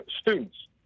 students